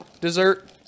dessert